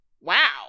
Wow